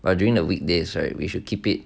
but during the weekdays or we should keep it